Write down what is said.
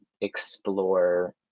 explore